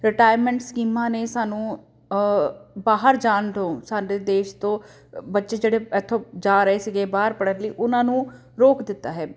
retirement ਸਕੀਮਾਂ ਨੇ ਸਾਨੂੰ ਬਾਹਰ ਜਾਣ ਤੋਂ ਸਾਡੇ ਦੇਸ਼ ਤੋਂ ਬੱਚੇ ਜਿਹੜੇ ਇਥੋਂ ਜਾ ਰਹੇ ਸੀਗੇ ਬਾਹਰ ਪੜ੍ਹਨ ਲਈ ਉਹਨਾਂ ਨੂੰ ਰੋਕ ਦਿੱਤਾ ਹੈ